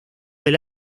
del